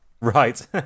Right